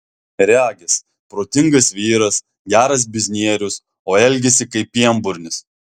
regis protingas vyras geras biznierius o elgiasi kaip pienburnis